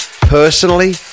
Personally